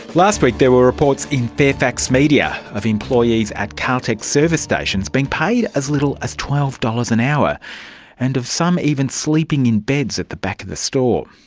last week there were reports in fairfax media of employees at caltex service stations being paid as little as twelve dollars an hour and of some even sleeping in beds at the back of the store.